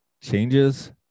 changes